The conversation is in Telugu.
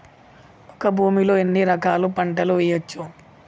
ఒక భూమి లో ఎన్ని రకాల పంటలు వేయచ్చు?